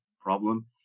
problem